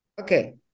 Okay